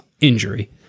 injury